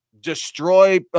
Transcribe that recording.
destroy